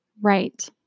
Right